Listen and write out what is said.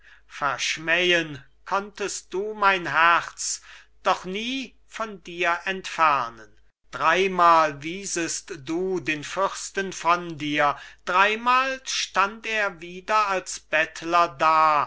verschmähen zerreißen konntest du mein herz doch nie von dir entfernen dreimal wiesest du den fürsten von dir dreimal kam er wieder als bittender um